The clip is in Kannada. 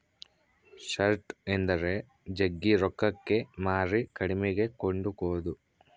ಶಾರ್ಟ್ ಎಂದರೆ ಜಗ್ಗಿ ರೊಕ್ಕಕ್ಕೆ ಮಾರಿ ಕಡಿಮೆಗೆ ಕೊಂಡುಕೊದು